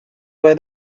why